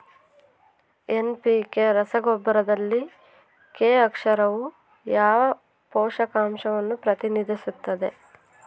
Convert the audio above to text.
NPK ರಸಗೊಬ್ಬರದಲ್ಲಿ K ಅಕ್ಷರವು ಯಾವ ಪೋಷಕಾಂಶವನ್ನು ಪ್ರತಿನಿಧಿಸುತ್ತದೆ?